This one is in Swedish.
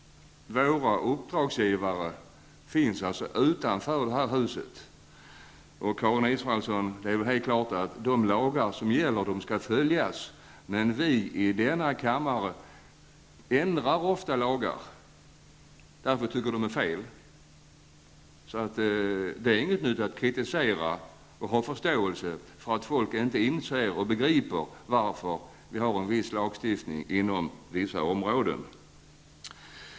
Våra uppdragsgivare finns alltså utanför det här huset. Karin Israelsson! Det är ju helt klart att de lagar som gäller skall följas. Men vi i denna kammare ändrar ofta lagar, därför att vi tycker att de är felaktiga. Det är ingenting nytt att ha förståelse för att folk inte begriper att vi har en viss lagstiftning på vissa områden.